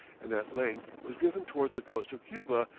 and at length was driven towards the coast of cuba,